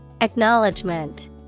Acknowledgement